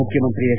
ಮುಖ್ಯಮಂತ್ರಿ ಎಚ್